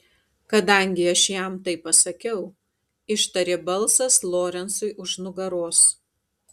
kadangi aš jam tai pasakiau ištarė balsas lorencui už nugaros